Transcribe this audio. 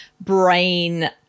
brain